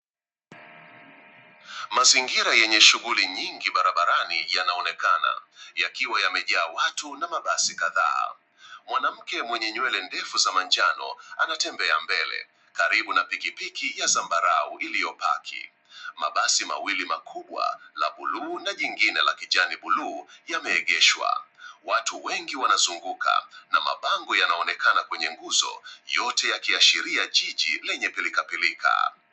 Mazingira yenye shughuli nyingi barabarani yanaonekana yakiwa yamejaa watu na mabasi kadhaa. Mwanamke mwenye nywele ndefu za manjano anatembea mbele karibu na piki piki ya zambarau iliyopaki. Mabasi mawili makubwa, la buluu na jingine ya kijani yameegeshwa. Watu wengi wanazunguka na mabango yanaonekana kwenye nguzo yote yakiashiria jiji lenye pilka pilka.